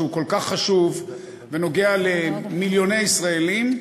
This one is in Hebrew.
שהוא כל כך חשוב בנוגע למיליוני ישראלים,